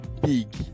big